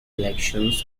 elections